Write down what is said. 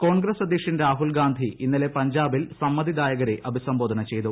കോൺഗ്രസ് അധ്യക്ഷൻ രാഹുൽ ഗാന്ധി ഇന്നലെ പഞ്ചാബിൽ സമ്മതിദായകരെ അഭിസംബോധന ചെയ്തു